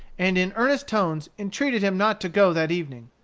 and in earnest tones entreated him not to go that evening.